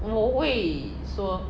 我会说